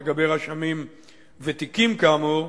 לגבי רשמים ותיקים כאמור,